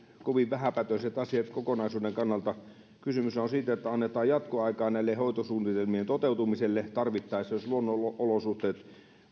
kovin vähäpätöiset asiat kokonaisuuden kannalta kysymyshän on siitä että tarvittaessa annetaan jatkoaikaa näiden hoitosuunnitelmien toteutumiselle jos luonnonolosuhteet